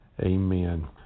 amen